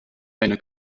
eine